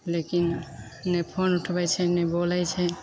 लेकिन नहि फोन उठबै छै नहि बोलै छै